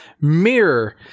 mirror